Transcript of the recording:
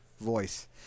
voice